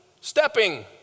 stepping